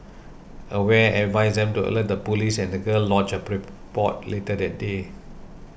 aware advised them to alert the police and the girl lodged a report later that day